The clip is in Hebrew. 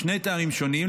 משני טעמים שונים,